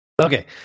Okay